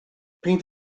peint